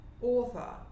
author